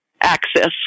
access